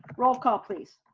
roll call please.